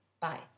Bye